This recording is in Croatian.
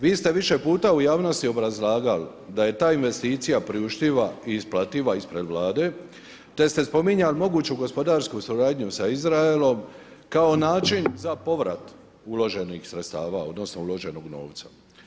Vi ste više puta u javnosti obrazlagali da je ta investicija priuštiva i isplativa ispred Vlade te ste spominjali moguću gospodarsku suradnju sa Izraelom kao način za povrat uloženih sredstava, odnosno uloženog novca.